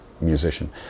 musician